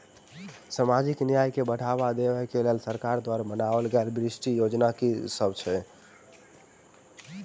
सामाजिक न्याय केँ बढ़ाबा देबा केँ लेल सरकार द्वारा बनावल गेल विशिष्ट योजना की सब अछि?